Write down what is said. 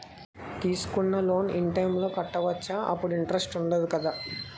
తీసుకున్న loan in time లో కట్టవచ్చ? అప్పుడు ఇంటరెస్ట్ వుందదు కదా?